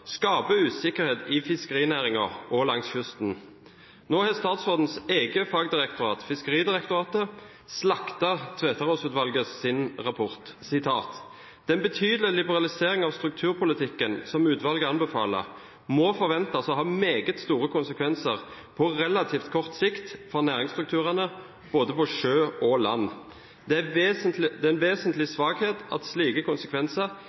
skaper usikkerhet i fiskerinæringen og langs kysten. Nå har statsrådens eget fagdirektorat, Fiskeridirektoratet, slaktet Tveterås-utvalgets rapport: «Den betydelige liberaliseringen av strukturpolitikken som utvalget anbefaler, må forventes å ha meget store konsekvenser på relativt kort sikt for næringsstrukturen både på sjø og land. Det er en vesentlig svakhet at slike konsekvenser